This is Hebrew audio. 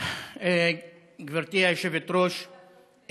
גברתי היושבת-ראש,